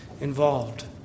involved